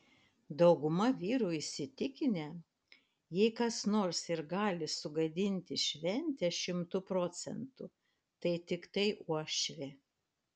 dauguma vyrų įsitikinę jei kas nors ir gali sugadinti šventę šimtu procentų tai tiktai uošvė